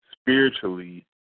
spiritually